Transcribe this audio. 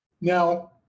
Now